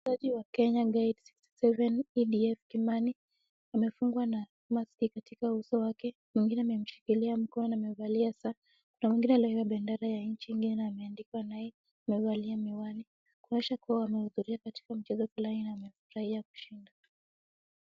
Mchezaji wa Kenya Gate 67 EDF Kimani amefungwa na maski katika uso wake. Mwingine amemshikilia mkono na amevalia saa. Kuna mwingine alibeba bendera ya nchi ingine na ameandikwa Nike amevalia miwani kuonyesha kuwa wamehudhuria katika mchezo fulani na wamefurahia kushinda.